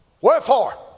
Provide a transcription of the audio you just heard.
Wherefore